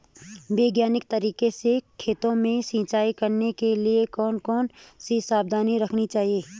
वैज्ञानिक तरीके से खेतों में सिंचाई करने के लिए कौन कौन सी सावधानी रखनी चाहिए?